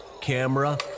Camera